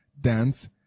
dance